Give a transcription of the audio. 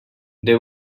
they